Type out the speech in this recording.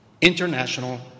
International